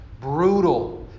Brutal